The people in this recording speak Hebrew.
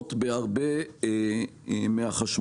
גבוהות בהרבה מהחשמל.